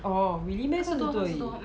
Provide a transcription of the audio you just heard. oh really meh 三十多而已